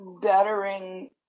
bettering